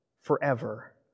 forever